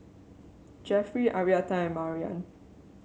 Jeffery Arietta and Mariann